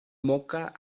moca